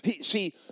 See